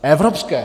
Evropské.